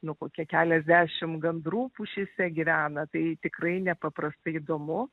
nu kokie keliasdešim gandrų pušyse gyvena tai tikrai nepaprastai įdomu